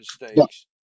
mistakes